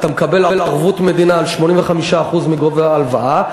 אתה מקבל ערבות מדינה על 85% מגובה ההלוואה,